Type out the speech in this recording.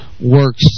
works